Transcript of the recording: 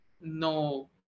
No